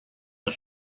and